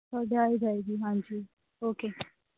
ਤੁਹਾਡੇ ਆ ਹੀ ਜਾਵੇਗੀ ਹਾਂਜੀ ਉਕੇ